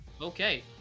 Okay